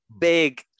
big